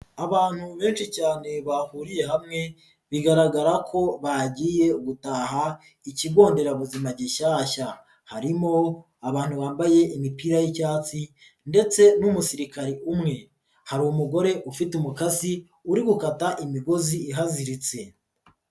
Abantu benshi cyane bahuriye hamwe bigaragara ko bagiye gutaha ikigo nderabuzima gishyashya, harimo abantu bambaye imipira y'icyatsi, ndetse n'umusirikare umwe. Hari umugore ufite umukasi uri gukata imigozi iziritse.